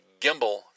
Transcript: gimbal